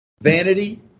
Vanity